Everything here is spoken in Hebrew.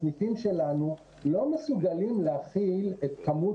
הסניפים שלנו לא מסוגלים להכיל את מספר